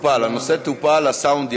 טופל.